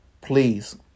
Please